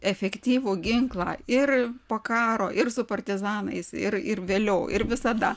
efektyvų ginklą ir po karo ir su partizanais ir ir vėliau ir visada